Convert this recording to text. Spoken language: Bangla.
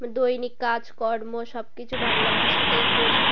দৈনিক কাজকর্ম সব কিছু বাংলা ভাষাতেই করি